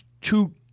two